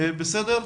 בסדר?